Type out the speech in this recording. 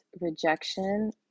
rejection